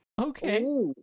Okay